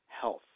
health